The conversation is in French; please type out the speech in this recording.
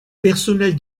personnel